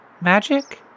Magic